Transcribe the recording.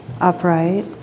upright